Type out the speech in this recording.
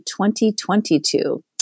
2022